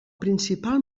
principal